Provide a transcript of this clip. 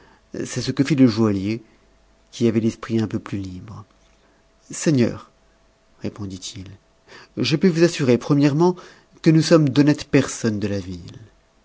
c'est ce que ut le joaillier qui avait l'esprit un peu plus libre seigneur répondit-il je puis vous assurer premièrement que nous sommes d'honnêtes personnes de la ville